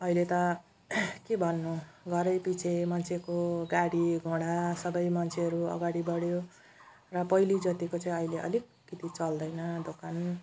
अहिले त के भन्नु घरै पछि मान्छेको गाडी घोडा सबै मान्छेहरू अघाडि बढ्यो र पहिले जतिको चाहिँ अहिले अलिकति चल्दैन दोकान